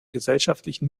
gesellschaftlichen